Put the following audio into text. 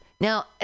now